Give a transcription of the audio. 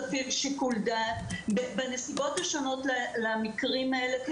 להפעיל שיקול דעת בנסיבות השונות למקרים האלה,